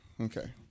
Okay